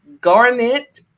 Garnet